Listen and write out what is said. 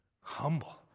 humble